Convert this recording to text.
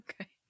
Okay